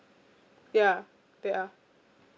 ya they are